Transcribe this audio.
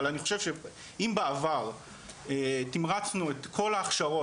אבל אני חושב שאם בעבר תמרצנו את כל ההכשרות,